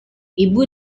ibu